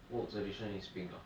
world's edition is pink ah